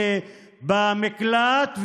במקלט,